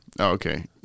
Okay